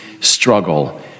struggle